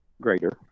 greater